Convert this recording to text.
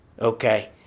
Okay